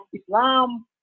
Islam